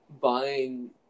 buying